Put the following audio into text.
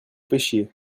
pêchiez